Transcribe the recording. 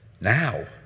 Now